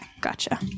Gotcha